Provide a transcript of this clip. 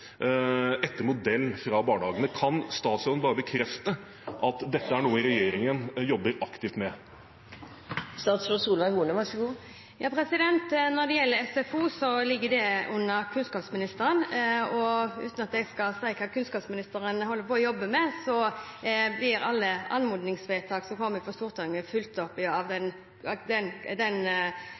etter modell fra barnehagene. Kan statsråden bekrefte at dette er noe regjeringen jobber aktivt med? Når det gjelder SFO, ligger det under kunnskapsministeren. Uten at jeg skal si hva kunnskapsministeren holder på å jobbe med, blir alle anmodningsvedtak som kommer fra Stortinget, fulgt opp av den ministeren som har ansvar for det. Det er, som representanten sa, veldig godt at